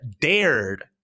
dared